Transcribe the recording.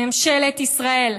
ממשלת ישראל,